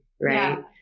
right